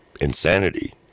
insanity